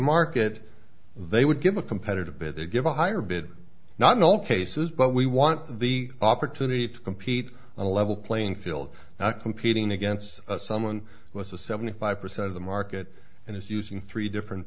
market they would give a competitive bid they give a higher bid not in all cases but we want the opportunity to compete on a level playing field not competing against someone who has a seventy five percent of the market and is using three different